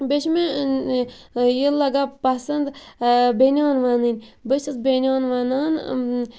بیٚیہِ چھِ مےٚ یہِ لَگان پَسَنٛد بنۍیان وۄنٕنۍ بہٕ چھَس بنۍیان وۄنان